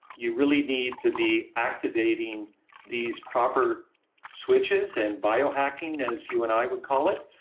you really need to be activating these proper switches and biohacking as you and i would call it,